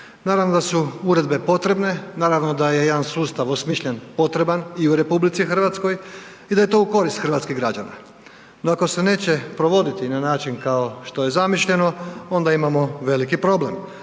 Naravno da su uredbe potrebne, naravno da je jedan sustav osmišljen potreban i u RH i da je to u korist hrvatskih građana. No ako se neće provoditi na način kao što je zamišljeno onda imamo veliki problem,